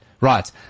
Right